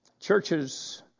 Churches